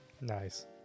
Nice